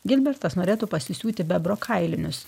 gilbertas norėtų pasisiūti bebro kailinius